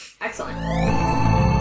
Excellent